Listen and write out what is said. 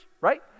right